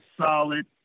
solid